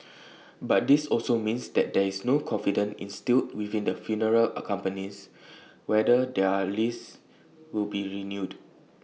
but this also means that there is no confidence instilled within the funeral accompanies whether their lease will be renewed